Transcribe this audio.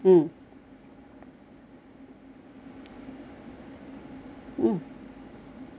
mm